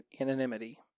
anonymity